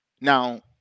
now